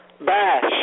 Bash